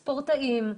ספורטאים,